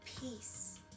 peace